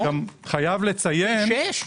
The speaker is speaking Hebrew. פי 6?